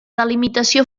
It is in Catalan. delimitació